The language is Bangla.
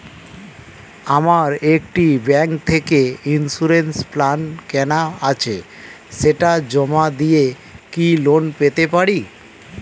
আমার একটি ব্যাংক থেকে ইন্সুরেন্স প্ল্যান কেনা আছে সেটা জমা দিয়ে কি লোন পেতে পারি?